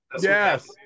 Yes